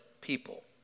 people